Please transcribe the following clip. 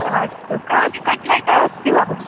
अस्तु काजुकट्लैट अस्ति वा भगिनि